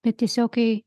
bet tiesiog kai